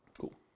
Cool